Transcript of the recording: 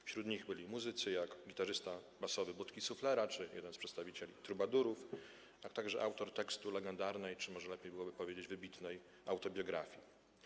Wśród nich byli muzycy, jak gitarzysta basowy Budki Suflera czy jeden z Trubadurów, a także autor tekstu legendarnej czy, może lepiej byłoby powiedzieć, wybitnej „Autobiografii”